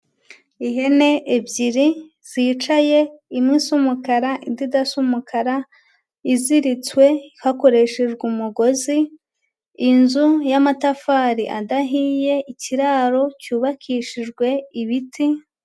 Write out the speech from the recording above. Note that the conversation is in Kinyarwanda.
Ihene ebyiri zicaye, imwe isa umukara indi idasa umukara, iziritswe hakoreshejwe umugozi, inzu y'amatafari adahiye, ikiraro cyubakishijwe ibiti.